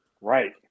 Right